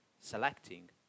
selecting